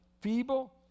feeble